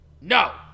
No